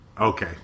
Okay